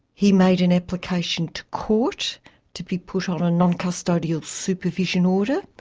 he made an application to court to be put on a non-custodial supervision order.